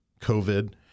COVID